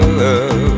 love